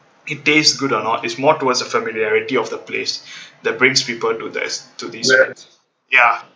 it taste good or not is more towards a familiarity of the place that brings people to this to these ya